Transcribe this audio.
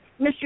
Mr